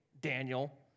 Daniel